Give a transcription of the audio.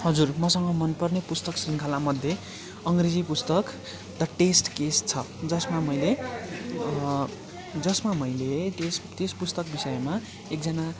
हजुर मसँग मन पर्ने पुस्तक शृङ्खलामध्ये अङ्ग्रेजी पुस्तक द टेस्ट केस छ जसमा मैले जसमा मैले त्यस त्यस पुस्तक विषयमा एकजना